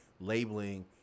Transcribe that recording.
labeling